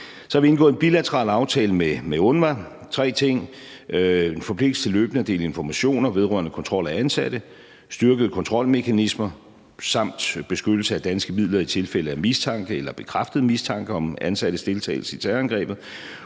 Så har vi indgået en bilateral aftale med UNRWA om tre ting, nemlig en forpligtelse til løbende at dele informationer vedrørende kontrol af ansatte, styrkede kontrolmekanismer samt beskyttelse af danske midler i tilfælde af mistanke eller bekræftet mistanke om ansattes deltagelse i terrorangrebet